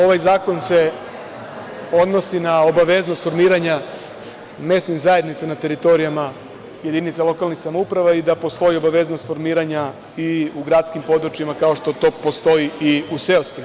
Ovaj zakon se odnosi na obaveznost formiranja mesnih zajednica na teritorijama jedinica lokalnih samouprava i da postoji obaveznost formiranja i u gradskim područjima, kao što to postoji i u seoskim.